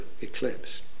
eclipse